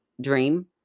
dream